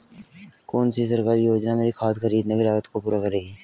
कौन सी सरकारी योजना मेरी खाद खरीदने की लागत को पूरा करेगी?